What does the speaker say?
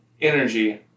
energy